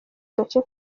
agace